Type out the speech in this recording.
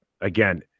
again